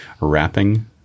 wrapping